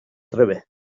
trebe